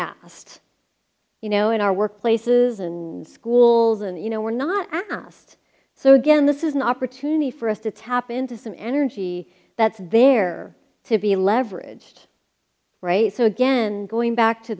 asked you know in our workplaces and schools and you know we're not asked so again this is an opportunity for us to tap into some energy that's there to be leveraged right so again going back to